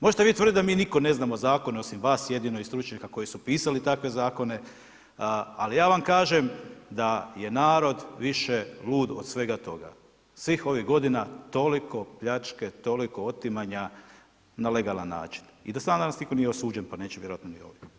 Možete vi tvrdit da mi nitko ne znamo zakone osim vas jedino i stručnjaka jedino koji su pisali takve zakone, ali ja vam kažem da je narod više lud od svega toga, svih ovih godina toliko pljačke, toliko otimanja na legalan način i da stvarno danas nitko nije osuđen pa neće vjerojatno ni ovdje.